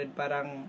parang